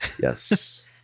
Yes